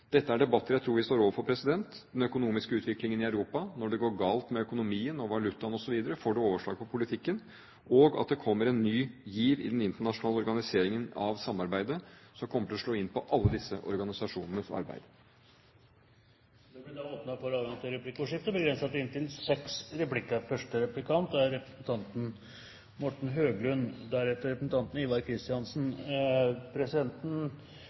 Dette er debatter jeg tror vi står overfor. Den økonomiske utviklingen i Europa – når det går galt med økonomien, valutaen osv., får det overslag på politikken, og jeg tror at det kommer en ny giv i den internasjonale organiseringen av samarbeidet som kommer til å slå inn på alle disse organisasjonenes arbeid. Det blir replikkordskifte, begrenset til inntil seks replikker. Presidenten minner om at det vil være mulig å be om to replikker. Det har representanten